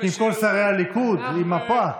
עם כל שרי הליכוד, עם מפה.